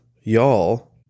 y'all